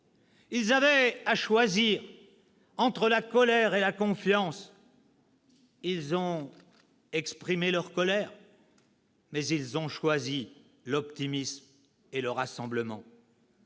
Ils avaient à choisir entre la colère et la confiance ; ils ont exprimé leur colère, mais ils ont choisi l'optimisme et le rassemblement.